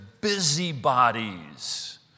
busybodies